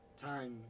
time